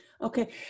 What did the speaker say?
okay